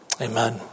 Amen